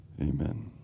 Amen